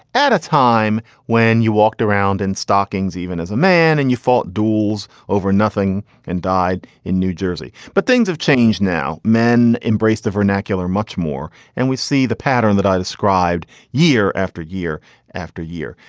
at a time when you walked around in stockings, even as a man and you fought duels over nothing and died in new jersey. but things have changed now. men embraced the vernacular much more. and we see the pattern that i described. year after year after year.